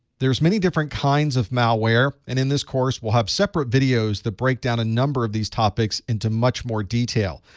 there's many different kinds of malware, and in this course, we'll have separate videos that break down a number of these topics into much more detail.